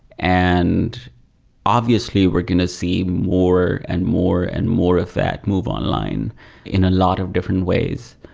and obviously, we're going to see more and more and more of that move online in a lot of different ways.